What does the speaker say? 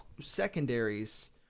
secondaries